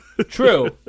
True